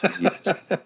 Yes